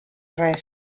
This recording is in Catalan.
res